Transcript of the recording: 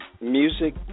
music